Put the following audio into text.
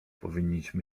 powinniśmy